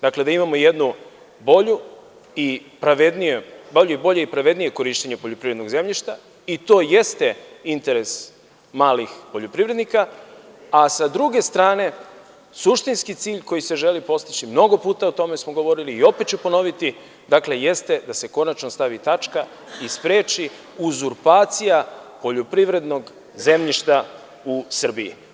Dakle, da imamo jedno bolje i pravednije korišćenje poljoprivrednog zemljišta i to jeste interes malih poljoprivrednika, a sa druge strane suštinski cilj koji se želi postići, mnogo puta o tome smo govorili i opet ću ponoviti, dakle jeste da se konačno stavi tačka i spreči uzurpacija poljoprivrednog zemljišta u Srbiji.